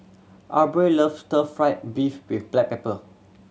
Aubrey loves Stir Fry beef with black pepper